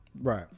Right